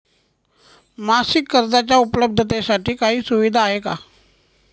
मासिक कर्जाच्या उपलब्धतेसाठी काही सुविधा आहे का?